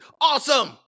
awesome